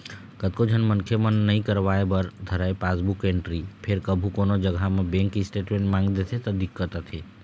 कतको झन मनखे मन नइ करवाय बर धरय पासबुक एंटरी फेर कभू कोनो जघा म बेंक स्टेटमेंट मांग देथे त दिक्कत आथे